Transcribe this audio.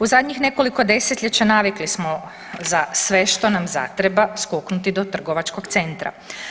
U zadnjih nekoliko desetljeća navikli smo za sve što nam zatreba skoknuti do trgovačkog centra.